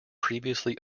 previously